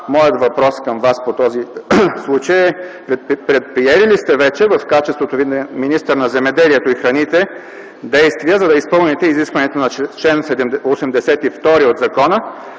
Моят въпрос към Вас по този случай е: предприели ли сте вече в качеството Ви на министър на земеделието и храните действия, за да изпълните изискванията на чл. 82 от Закона